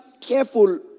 careful